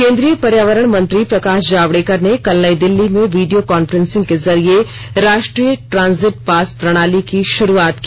केंद्रीय पर्यावरण मंत्री प्रकाश जावड़ेकर ने कल नई दिल्ली में वीडियो कॉफ्रेंसिंग के जरिए राष्ट्रीय ट्रांजिट पास प्रणाली की शुरूआत की